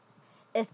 is